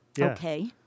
Okay